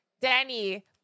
danny